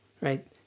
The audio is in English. right